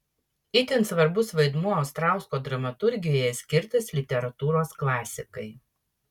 itin svarbus vaidmuo ostrausko dramaturgijoje skirtas literatūros klasikai